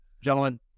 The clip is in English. gentlemen